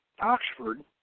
Oxford